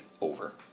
over